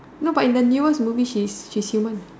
no but in the newest movie she she's human